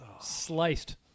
sliced